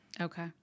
Okay